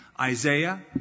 Isaiah